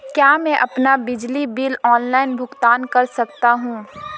क्या मैं अपना बिजली बिल ऑनलाइन भुगतान कर सकता हूँ?